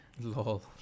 Lol